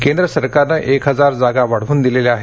केंद्र सरकारने एक हजार जागा वाढवून दिलेल्या आहेत